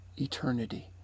eternity